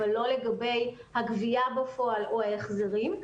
אבל לא לגבי הגבייה בפועל או ההחזרים.